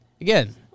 Again